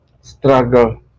struggle